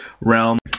realm